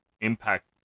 Impact